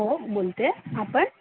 हो बोलतेय आपण